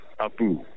Abu